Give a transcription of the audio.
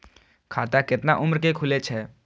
खाता केतना उम्र के खुले छै?